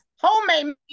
homemade